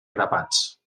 grapats